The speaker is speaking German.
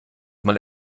man